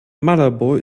malabo